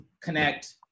connect